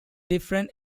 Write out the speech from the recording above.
different